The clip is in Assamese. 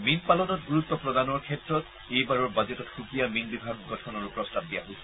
মীন পালনত গুৰুত্ব প্ৰদানৰ উদ্দেশ্যে এইবাৰৰ বাজেটত সুকীয়া মীন বিভাগ গঠনৰো প্ৰস্তাৱ দিয়া হৈছে